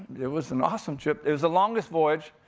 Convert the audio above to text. it was an awesome trip. it was the longest voyage.